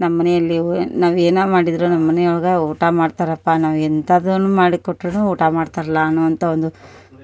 ನಮ್ಮ ಮನೆಯಲ್ಲಿ ಓ ಏ ನಾವು ಏನು ಮಾಡಿದರೂನು ನಮ್ಮ ಮನೆಯೊಳಗ ಊಟ ಮಾಡ್ತಾರಪ್ಪ ನಾವು ಎಂತದನು ಮಾಡಿ ಕೊಟ್ಟರೂನು ಊಟ ಮಾಡ್ತಾರಲ್ಲ ಅನ್ನುವಂಥ ಒಂದು